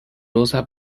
rosa